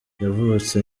yavutse